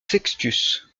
sextius